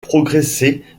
progressé